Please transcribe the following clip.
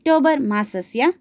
October मासस्य